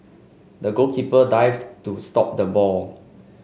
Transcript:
the goalkeeper dived to stop the ball